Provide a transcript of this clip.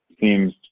seems